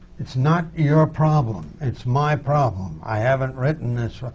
it's not your problem, it's my problem. i haven't written this right.